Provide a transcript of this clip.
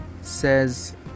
says